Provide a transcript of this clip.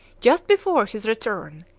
just before his return,